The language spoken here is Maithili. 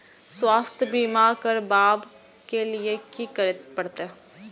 स्वास्थ्य बीमा करबाब के लीये की करै परतै?